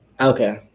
Okay